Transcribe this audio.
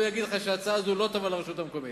הוא יגיד לך שההצעה הזאת לא טובה לרשות המקומית.